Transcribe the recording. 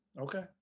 Okay